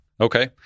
Okay